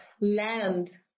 land